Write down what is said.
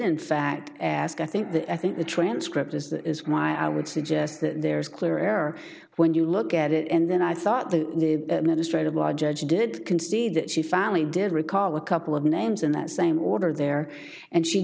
in fact ask i think that i think the transcript is that is why i would suggest that there's clear error when you look at it and then i thought the administration law judge did concede that she finally did recall a couple of names in that same order there and she